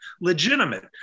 legitimate